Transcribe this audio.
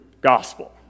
gospel